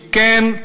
כן,